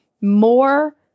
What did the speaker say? more